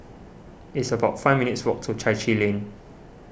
it's about five minutes' walk to Chai Chee Lane